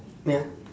ya